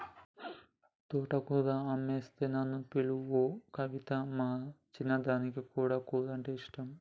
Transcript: తోటకూర అమ్మొస్తే నన్ను పిలువు కవితా, మా చిన్నదానికి గా కూరంటే ఇష్టం